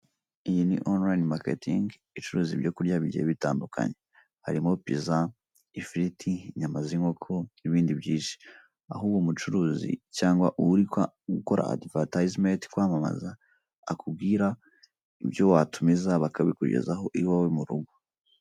Iyi ni onulayini maketingi icuruza ibyo kurya bigiye bitandukanye harimo piza, ifiriti, inyama z'inkoka, n'ibindi byinshi aho uwo mucuruzi cyangwa uri kwa gukora adivatayizimenti kwamamaza akubwira ibyo watumiza bakabikugezaho iwawe mu rugo.